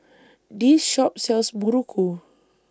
This Shop sells Muruku